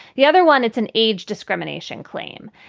the other one, it's an age discrimination claim.